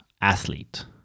athlete